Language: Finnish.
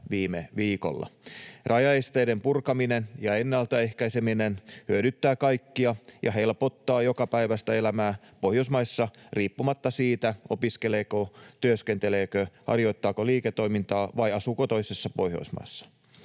viime viikolla. Rajaesteiden purkaminen ja ennaltaehkäiseminen hyödyttää kaikkia ja helpottaa jokapäiväistä elämää Pohjoismaissa riippumatta siitä, opiskeleeko, työskenteleekö, harjoittaako liiketoimintaa vai asuuko toisessa Pohjoismaassa.